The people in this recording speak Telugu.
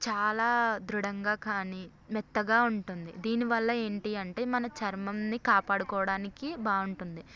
చాలా దృఢంగా కానీ మెత్తగా ఉంటుంది దీనివల్ల ఏంటి అంటే మన చర్మంను కాపాడుకోవడానికి బాగుంటుంది